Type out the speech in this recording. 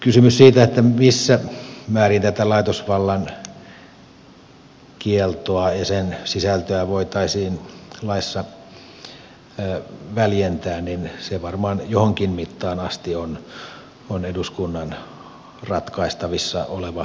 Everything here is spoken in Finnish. kysymys siitä missä määrin tätä laitosvallan kieltoa ja sen sisältöä voitaisiin laissa väljentää varmaan johonkin mittaan asti on eduskunnan ratkaistavissa oleva kysymys